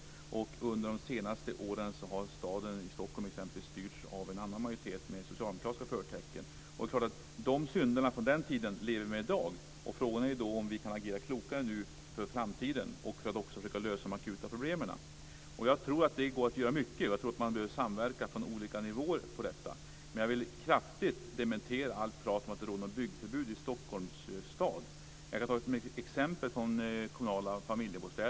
Och under de senaste åren har Stockholms stad styrts av en annan majoritet med socialdemokratiska förtecken. Och det är klart att vi lever med synderna från den tiden. Frågan är då om vi kan agera klokare nu för framtiden och försöka lösa de akuta problemen. Jag tror att det går att göra mycket, och jag tror att man bör samverka från olika nivåer om detta. Men jag vill kraftigt dementera allt tal om att det råder något byggförbud i Stockholms stad. Jag kan ta ett exempel från det kommunala Familjebostäder.